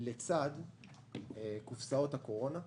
לצד קופסאות הקורונה,